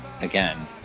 again